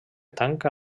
tanca